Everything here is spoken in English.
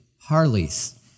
Harleys